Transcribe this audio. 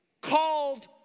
called